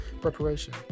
preparation